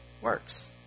Works